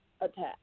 attack